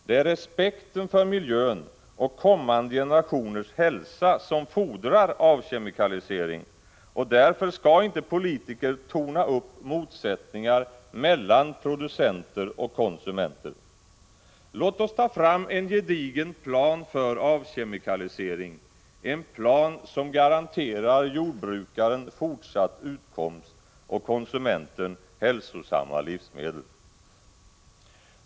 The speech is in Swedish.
Det är respekten för miljön och kommande generationers hälsa som fordrar avkemikalisering, och därför skall inte politiker torna upp motsättningar mellan producenter och konsumenter. Låt oss ta fram en gedigen plan för avkemikalisering, en plan som garanterar jordbrukaren fortsatt utkomst och konsumenten hälsosamma livsmedel.